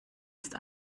ist